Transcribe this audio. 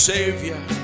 Savior